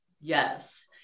Yes